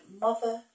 mother